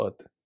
earth